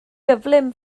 gyflym